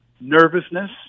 nervousness